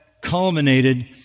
culminated